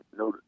no